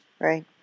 Right